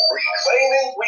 Reclaiming